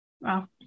Wow